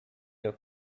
your